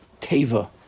teva